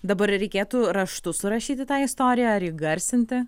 dabar reikėtų raštu surašyti tą istoriją ar įgarsinti